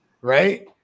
right